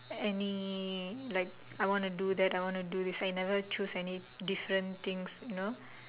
any like I wanna do that I wanna do this I never choose any different things you know